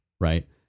Right